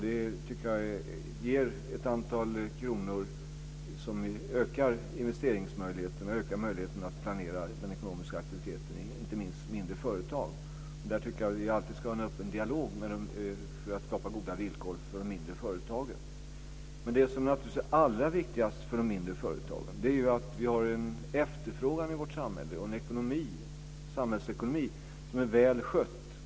Det ger ett antal kronor som ökar investeringsmöjligheterna och ökar möjligheterna att planera den ekonomiska aktiviteten i inte minst mindre företag. Jag tycker att vi alltid ska ha en öppen dialog för att skapa goda villkor för de mindre företagen. Men det som naturligtvis är allra viktigast för de mindre företagen är ju att vi har en efterfrågan i vårt samhälle och en samhällsekonomi som är väl skött.